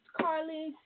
Carly